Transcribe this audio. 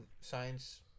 science